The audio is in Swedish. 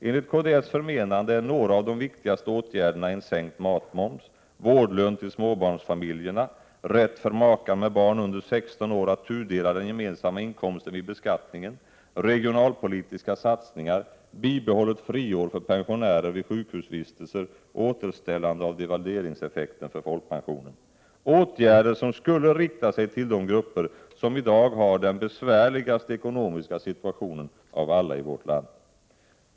Enligt kds förmenande är några av de viktigaste åtgärderna en sänkt matmoms, vårdlön till småbarnsfamiljerna, rätt för makar med barn under 16 år att tudela den gemensamma inkomsten vid beskattningen, regionalpolitiska satsningar, bibehållet friår för pensionärer vid sjukhusvistelser och återställande av devalveringseffekterna för folkpensionen. Det är åtgärder som skulle rikta sig till de grupper som i dag har den besvärligaste ekonomiska situationen av alla i vårt land.